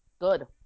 Good